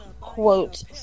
quote